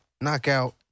knockout